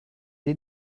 dei